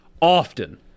often